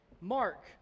Mark